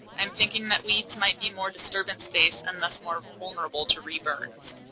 i'm thinking that weeds might be more disturbance based and thus more vulnerable to re-burns.